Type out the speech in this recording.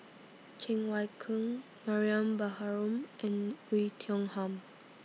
Cheng Wai Keung Mariam Baharom and Oei Tiong Ham